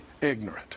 ignorant